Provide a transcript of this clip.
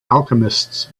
alchemists